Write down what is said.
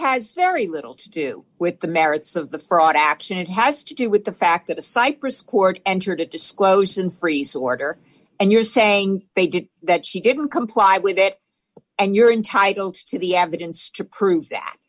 has very little to do with the merits of the fraud action it has to do with the fact that a cyprus court entered it disclosed and friess order and you're saying they did that she didn't comply with it and you're entitled to the evidence to prove that